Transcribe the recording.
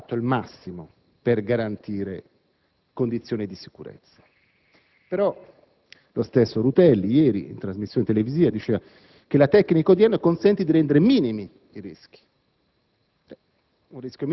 che è stato fatto il massimo per garantire condizioni di sicurezza. Lo stesso Rutelli ieri, in trasmissione televisiva, diceva che la tecnica odierna consente di rendere minimi i rischi;